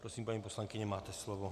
Prosím, paní poslankyně, máte slovo.